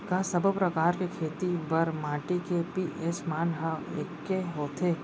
का सब्बो प्रकार के खेती बर माटी के पी.एच मान ह एकै होथे?